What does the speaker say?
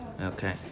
Okay